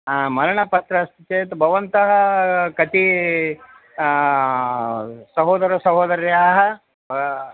मरणपत्रम् अस्ति चेत् भवन्तः कति सहोदरसहोदर्यः